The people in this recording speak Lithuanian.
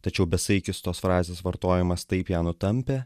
tačiau besaikis tos frazės vartojimas taip ją nutampė